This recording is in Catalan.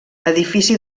edifici